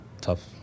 tough